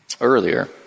earlier